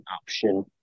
option